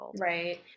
Right